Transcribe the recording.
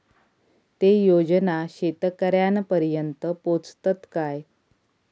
ते योजना शेतकऱ्यानपर्यंत पोचतत काय?